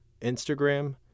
Instagram